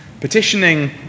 Petitioning